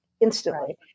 instantly